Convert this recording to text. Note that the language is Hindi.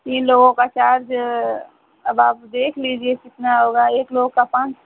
तीन लोगों का चार्ज अब आप देख लीजिए कितना होगा एक लोग का पाँच